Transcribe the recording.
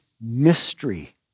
mystery